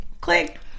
click